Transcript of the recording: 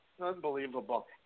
unbelievable